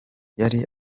yari